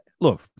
look